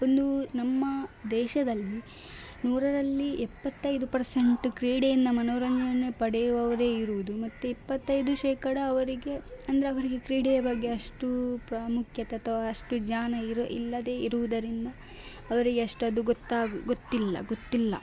ಒಂದು ನಮ್ಮ ದೇಶದಲ್ಲಿ ನೂರರಲ್ಲಿ ಎಪ್ಪತ್ತೈದು ಪರ್ಸೆಂಟ್ ಕ್ರೀಡೆಯಿಂದ ಮನೋರಂಜನೆ ಪಡೆಯುವವರೇ ಇರುವುದು ಮತ್ತು ಇಪ್ಪತ್ತೈದು ಶೇಕಡಾ ಅವರಿಗೆ ಅಂದರೆ ಅವರಿಗೆ ಕ್ರೀಡೆಯ ಬಗ್ಗೆ ಅಷ್ಟು ಪ್ರಾಮುಖ್ಯತೆ ಅಥವಾ ಅಷ್ಟು ಜ್ಞಾನ ಇರಲ್ಲ ಇಲ್ಲದೇ ಇರುವುದರಿಂದ ಅವರಿಗೆ ಅಷ್ಟು ಅದು ಗೊತ್ತಾಗು ಗೊತ್ತಿಲ್ಲ ಗೊತ್ತಿಲ್ಲ